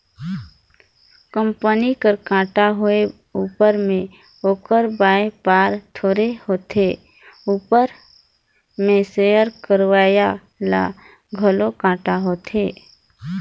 company कर घाटा होए उपर में ओकर बयपार थोरहें होए उपर में सेयर लेवईया ल घलो घाटा होथे